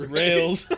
rails